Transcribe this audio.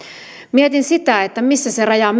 mietin sitä missä se raja